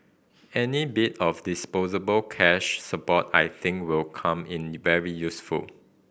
any bit of disposable cash support I think will come in very useful